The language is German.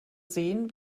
sehen